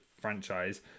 franchise